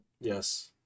Yes